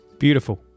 Beautiful